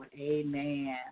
Amen